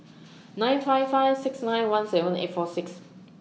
nine five five six nine one seven eight four six